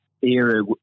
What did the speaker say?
era